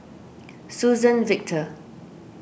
Suzann Victor